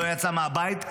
לא יצא מהבית,